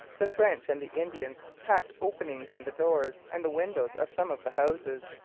the french and the indians, hacked openings in the doors and the windows of some of the houses,